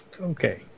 okay